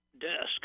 desk